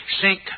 sink